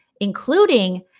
including